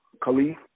Khalif